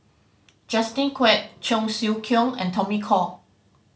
Justin Quek Cheong Siew Keong and Tommy Koh